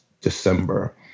December